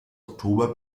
oktober